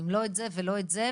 אם לא את זה ולא את זה,